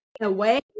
away